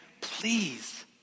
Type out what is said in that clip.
please